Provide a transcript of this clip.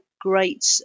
great